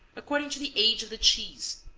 according to the age of the cheese,